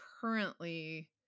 currently